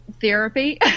therapy